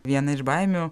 viena iš baimių